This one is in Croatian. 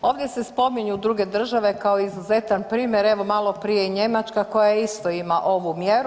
Ovdje se spominju druge države kao izuzetan primjer evo malo prije i Njemačka koja isto ima ovu mjeru.